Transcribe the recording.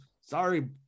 Sorry